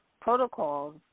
protocols